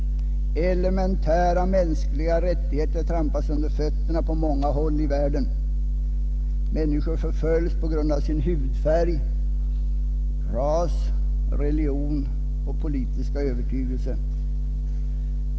Elementära mänskliga rättigheter trampas under fötterna på många håll i världen. Människor förföljs på grund av sin hudfärg, ras, religion eller politiska övertygelse.